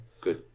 Good